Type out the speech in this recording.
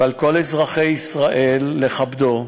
ועל כל אזרחי ישראל לכבדם.